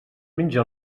menja